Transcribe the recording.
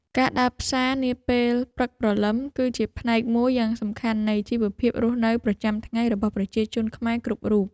ការដើរផ្សារនាពេលព្រឹកព្រលឹម គឺជាផ្នែកមួយយ៉ាងសំខាន់នៃជីវភាពរស់នៅប្រចាំថ្ងៃរបស់ប្រជាជនខ្មែរគ្រប់រូប។